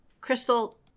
Crystal